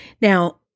Now